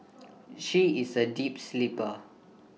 she is A deep sleeper